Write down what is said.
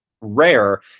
rare